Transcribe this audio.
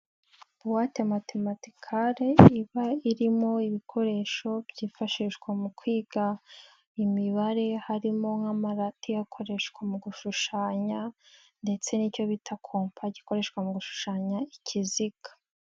Buwate matemetikare iba irimo ibikoresho byifashishwa mu kwiga imibare harimo nk'amarati akoreshwa mu gushushanya ndetse n'icyo bita kompa gikoreshwa mu gushushanya ikiziga.